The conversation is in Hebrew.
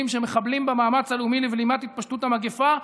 שמחבלים במאמץ הלאומי לבלימת התפשטות המגפה,